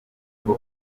bwo